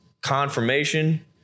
confirmation